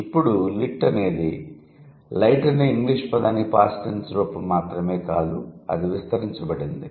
ఇప్పుడు లిట్ అనేది లైట్ అనే ఇంగ్లీష్ పదానికి పాస్ట్ టెన్స్ రూపం మాత్రమే కాదు అది విస్తరించబడింది